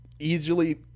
easily